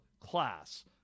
class